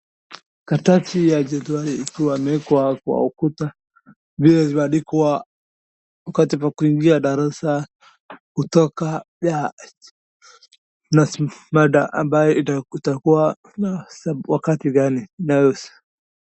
Karatasi ya jedwali ikiwa imewekwa kwa ukuta vile imeandikwa wakati wa kuingia darasa, kutoka na mada ambayo itakuwa wakati gani.